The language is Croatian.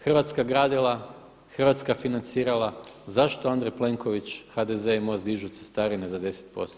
Hrvatska gradila, Hrvatska financirala, zašto Andrej Plenković, HDZ i MOST dižu cestarine za 10%